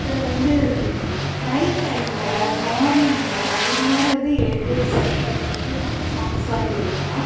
அப்புறம் வந்து நைட் டைமில் மார்னிங்கில் இதுமாதிரி வந்து ஹெ ஹெட்செட்டில் போட்டு நம்ம சாங்க்ஸ் எல்லாம் கேட்கலாம்